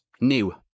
new